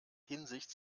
hinsicht